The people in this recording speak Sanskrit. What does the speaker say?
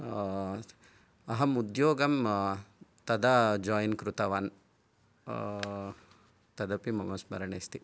अहं उद्योगं तदा जोय्न् कृतवान् तदपि मम स्मरणे अस्ति तत्